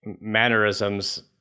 mannerisms